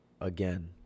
again